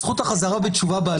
זכות החזרה בתשובה בהליך הפלילי.